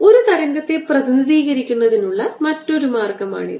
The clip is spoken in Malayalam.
ഒരു തരംഗത്തെ പ്രതിനിധീകരിക്കുന്നതിനുള്ള മറ്റൊരു മാർഗമാണിത്